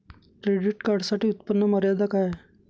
Credit कार्डसाठी उत्त्पन्न मर्यादा काय आहे?